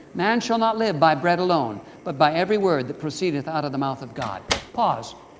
man shall not live by bread alone, but by every word that proceedeth out of the mouth of god pause.